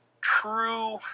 true